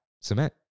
cement